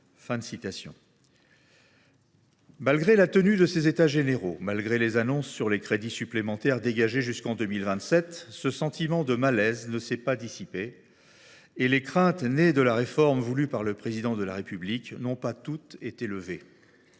Malgré la tenue de ces États généraux, malgré les annonces sur les crédits supplémentaires dégagés jusqu’en 2027, ce sentiment de malaise ne s’est pas dissipé, et les craintes nées de la réforme voulue par le Président de la République n’ont pas toutes été levées.